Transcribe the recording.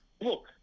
Look